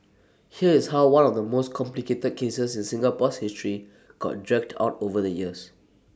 here is how one of the most complicated cases in Singapore's history got dragged out over the years